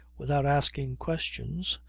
without asking questions,